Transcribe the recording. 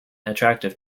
attractive